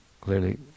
clearly